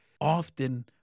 often